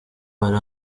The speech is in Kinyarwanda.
hari